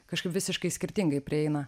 kažkaip visiškai skirtingai prieina